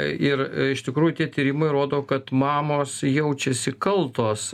ir iš tikrųjų tie tyrimai rodo kad mamos jaučiasi kaltos